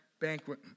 banquet